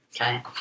Okay